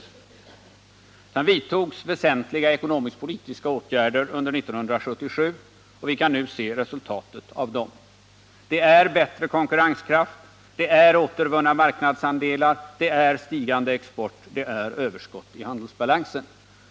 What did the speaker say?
Sedan vidtogs väsentliga ekonomiskpolitiska åtgärder under 1977, och vi kan nu se resultatet av dem. Det är bättre konkurrenskraft. Det är återvunna marknadsandelar. Det är stigande export. Det är överskott i handelsbalansen.